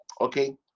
okay